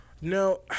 no